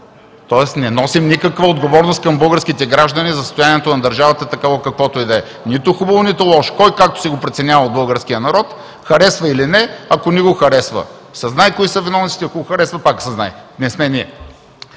тоест не носим никаква отговорност към българските граждани за състоянието на държавата такова, каквото е – нито хубаво, нито лошо, който както си го преценява от българския народ, харесва или не, ако не го харесва – знае се кои са виновниците, ако го харесва – пак се знае, не сме ние.